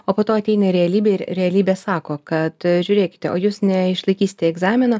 o po to ateina realybė ir realybė sako kad žiūrėkite o jūs neišlaikysite egzamino